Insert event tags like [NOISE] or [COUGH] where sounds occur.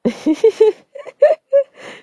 [LAUGHS]